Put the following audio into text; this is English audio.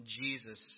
Jesus